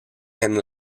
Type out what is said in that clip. and